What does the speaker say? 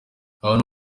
abantu